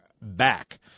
back